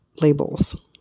labels